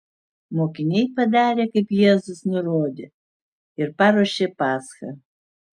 mokiniai padarė kaip jėzus nurodė ir paruošė paschą